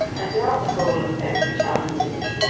and throughout the whole of every town and city,